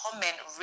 comment